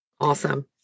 Awesome